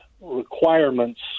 requirements